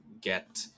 get